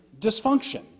dysfunction